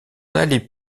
n’allait